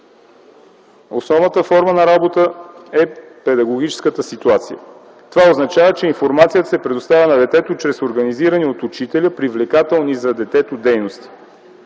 основната форма на работа е педагогическата ситуация. Това означава, че информацията се предоставя на детето чрез организирани от учителя привлекателни дейности.